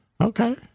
Okay